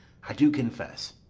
i do confess.